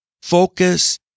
focus